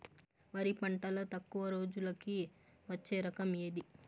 వరి పంటలో తక్కువ రోజులకి వచ్చే రకం ఏది?